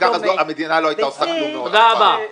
תודה רבה.